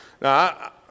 Now